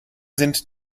sind